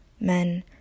men